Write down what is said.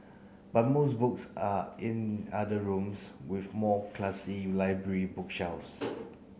but most books are in other rooms with more classy library bookshelves